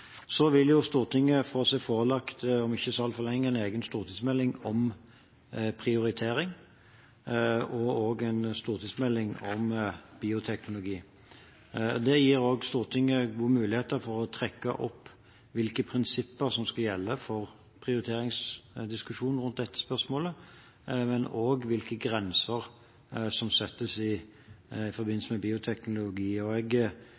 så altfor lenge få seg forelagt en egen stortingsmelding om prioritering og også en stortingsmelding om bioteknologi. Det gir Stortinget gode muligheter for å trekke opp hvilke prinsipper som skal gjelde for prioriteringsdiskusjonen rundt dette spørsmålet, men også hvilke grenser som settes i forbindelse med bioteknologi. Jeg tilhører jo dem som mener at land som har mindre regulering og